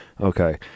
okay